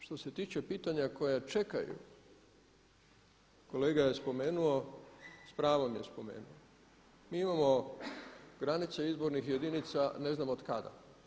Što se tiče pitanja koja čekaju kolega je spomenuo, s pravom je spomenuo, mi imamo granice izbornih jedinica ne znam otkada.